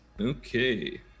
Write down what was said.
Okay